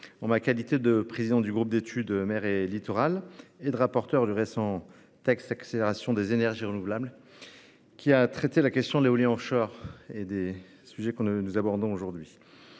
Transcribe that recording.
En ma qualité de président du groupe d'études Mer et littoral et de rapporteur de la récente loi relative à l'accélération de la production d'énergies renouvelables, qui a traité la question de l'éolien offshore et des sujets que nous abordons aujourd'hui,